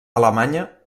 alemanya